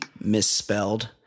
misspelled